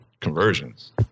conversions